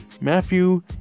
Matthew